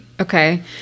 Okay